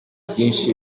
byinshi